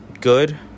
good